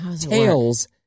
tails